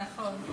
נכון.